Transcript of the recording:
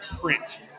print